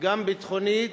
גם ביטחונית,